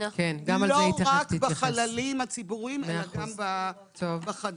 לא רק בחללים הציבוריים אלא גם בחדרים.